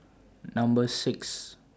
Number six